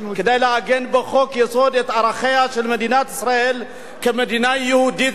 כדי לעגן בחוק-יסוד את ערכיה של מדינת ישראל כמדינה יהודית